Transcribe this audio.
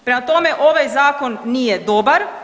Prema tome, ovaj zakon nije dobar.